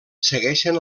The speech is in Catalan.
segueixen